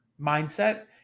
mindset